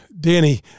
Danny